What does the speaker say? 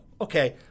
okay